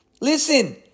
Listen